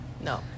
No